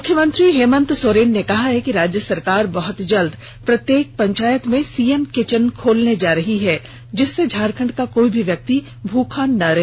मुख्यमंत्री हेमंत सोरेन ने कहा है कि राज्य सरकार बहुत जल्द प्रत्येक पंचायत में सी एम किचन खोलने जा रही है जिससे झारखंड का कोई भी व्यक्ति भूखा नहीं रहे